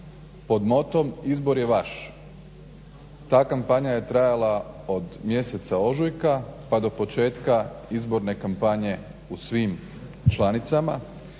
pod motom izbor je vaš. Ta kampanja je trajala od mjeseca ožujka pa do početka izborne kampanje u svim članicama